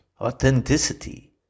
authenticity